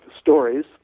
stories